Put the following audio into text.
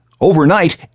Overnight